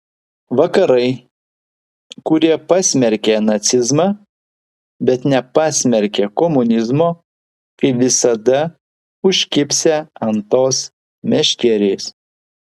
vakarai kurie pasmerkė nacizmą bet nepasmerkė komunizmo kaip visada užkibsią ant tos meškerės